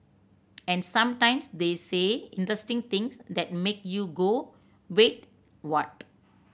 and sometimes they say interesting things that make you go Wait what